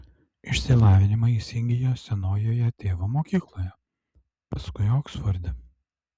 išsilavinimą jis įgijo senojoje tėvo mokykloje paskui oksforde